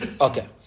Okay